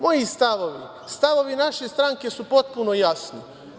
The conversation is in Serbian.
Moji stavovi, stavovi naše stranke su potpuno jasni.